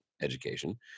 education